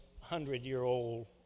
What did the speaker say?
hundred-year-old